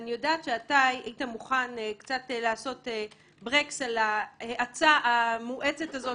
אני יודעת שאתה היית מוכן קצת לעשות ברקס על ההאצה המואצת הזאת